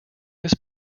this